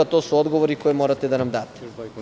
To su odgovori koje morate da nam date.